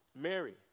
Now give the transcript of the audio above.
Mary